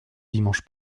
dimanche